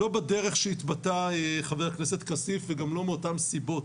לא בדרך שהתבטא חבר הכנסת עופר כסיף וגם לא מאותן סיבות,